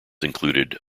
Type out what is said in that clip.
included